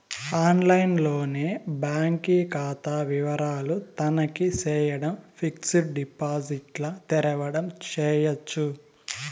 ఆన్లైన్లోనే బాంకీ కాతా వివరాలు తనఖీ చేయడం, ఫిక్సిడ్ డిపాజిట్ల తెరవడం చేయచ్చు